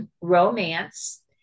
romance